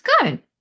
good